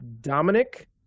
Dominic